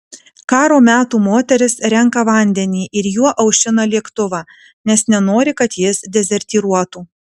karo metų moteris renka vandenį ir juo aušina lėktuvą nes nenori kad jis dezertyruotų